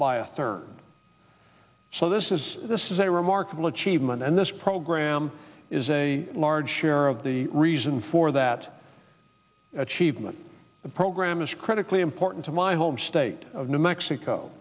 by a third so this is this is a remarkable achievement and this program is a large share of the reason for that achievement the program is critically important to my home state of new mexico